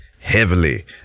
Heavily